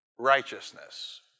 righteousness